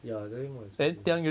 ya definitely more expensive